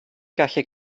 gallu